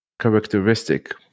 characteristic